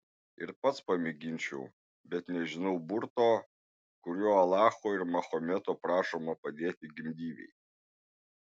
ir pats pamėginčiau bet nežinau burto kuriuo alacho ir mahometo prašoma padėti gimdyvei